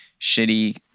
shitty